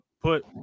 put